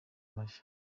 mashya